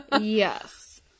yes